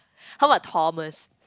how about Thomas